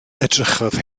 edrychodd